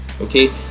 Okay